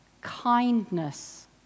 kindness